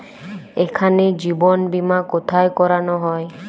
এখানে জীবন বীমা কোথায় করানো হয়?